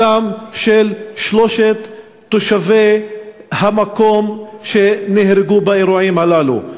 שלושת תושבי המקום שנהרגו באירועים הללו.